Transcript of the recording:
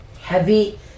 heavy